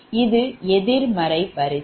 இது எதிர்மறை வரிசை